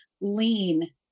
lean